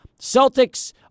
Celtics